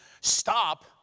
stop